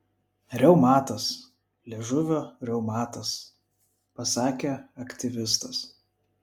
reumatas liežuvio reumatas pasakė aktyvistas